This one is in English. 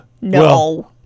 No